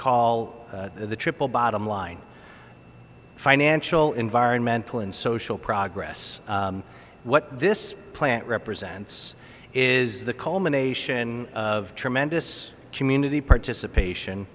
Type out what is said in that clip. call the triple bottom line financial environmental and social progress what this plant represents is the culmination of tremendous community participation